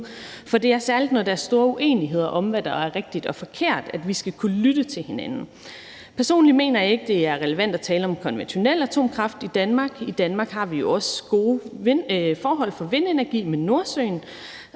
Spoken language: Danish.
for det er særligt, når der er store uenigheder om, hvad der er rigtigt og forkert, at vi skal kunne lytte til hinanden. Personligt mener jeg ikke, at det er relevant at tale om konventionel atomkraft i Danmark. I Danmark har vi også gode forhold for vindenergi med Nordsøen,